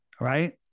right